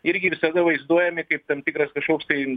irgi visada vaizduojami kaip tam tikras kažkoks tai